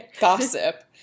gossip